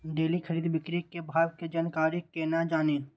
Daily खरीद बिक्री के भाव के जानकारी केना जानी?